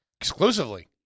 exclusively